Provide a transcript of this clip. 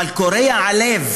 אבל הלב